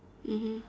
mmhmm